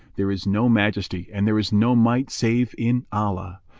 there is no majesty and there is no might save in allah,